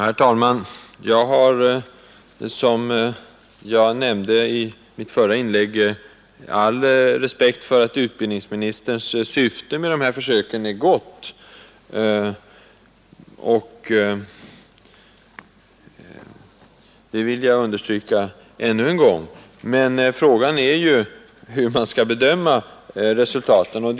Herr talman! Jag har, som jag nämnde i mitt förra inlägg, all respekt för utbildningsministerns syfte med dessa försök. Jag delar också hans bekymmer över tendenserna när det gäller ungdomens studieval. Men frågan är ju hur man skall bedöma resultaten av de här försöken.